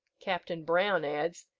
captain brown adds,